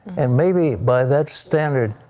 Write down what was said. and maybe by that standard,